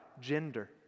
gender